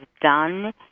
done